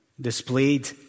displayed